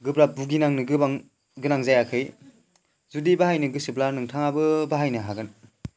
गोब्राब भुगिनांनो गोबां गोनां जायाखै जुदि बाहायनो गोसोब्ला नोंथाङाबो बाहायनो हागोन